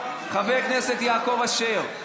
חבר הכנסת יעקב אשר,